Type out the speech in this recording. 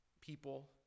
people